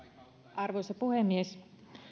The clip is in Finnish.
arvoisa puhemies